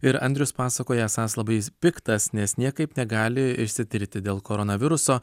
ir andrius pasakoja esąs labai piktas nes niekaip negali išsitirti dėl koronaviruso